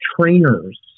trainers